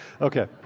Okay